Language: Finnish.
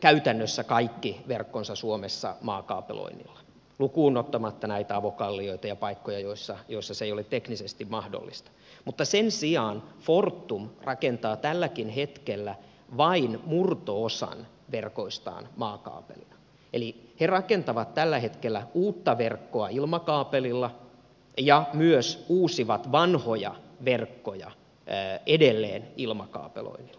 käytännössä kaikki verkkonsa suomessa maakaapeloinnilla lukuun ottamatta näitä avokallioita ja paikkoja joissa se ei ole teknisesti mahdollista mutta sen sijaan fortum rakentaa tälläkin hetkellä vain murto osan verkoistaan maakaapelina eli he rakentavat tällä hetkellä uutta verkkoa ilmakaapelilla ja myös uusivat vanhoja verkkoja edelleen ilmakaapeloinnilla